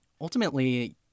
ultimately